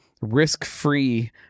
risk-free